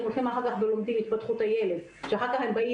אז הם לומדים התפתחות הילד ואחר כך באים